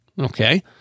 Okay